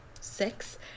six